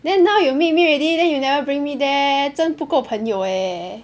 then now you meet me already then you never bring me there 真不够朋友 eh